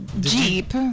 Jeep